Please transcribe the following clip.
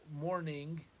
morning